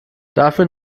dafür